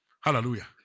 Hallelujah